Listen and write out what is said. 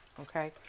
Okay